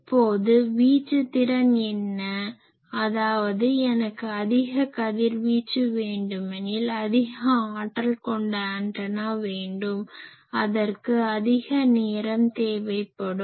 இப்போது வீச்சு திறன் என்ன அதாவது எனக்கு அதிக கதிர்வீச்சு வேண்டுமெனில் அதிக ஆற்றல் கொண்ட ஆன்டனா வேண்டும் அதற்கு அதிக நேரம் தேவைப்படும்